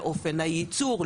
לאופן הייצור,